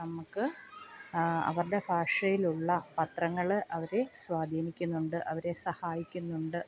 നമുക്ക് അവരുടെ ഭാഷയിലുള്ള പത്രങ്ങൾ അവരെ സ്വാധീനിക്കുന്നുണ്ട് അവരെ സഹായിക്കുന്നുണ്ട്